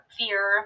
fear